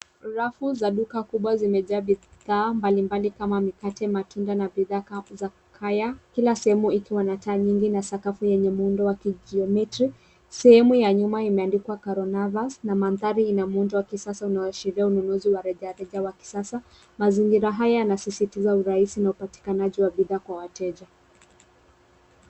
Rafu za duka kubwa zimejaa bidhaa mbalimbali kama mikate, matunda na bidhaa za kukaya. Kila sehemu ikiwa na taa nyingi na sakafu yenye muundo wa kijiometri , sehemu ya nyuma ime andikwa Karonavas na mandhari ina muundo wakisasa unaoashiria ununuzi wa rejareja wa kisasa. Mazingira haya yana sisitiza urahisi na upatikanaji wa bidhaa kwa wateja.